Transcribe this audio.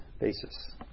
basis